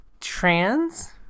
trans